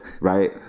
right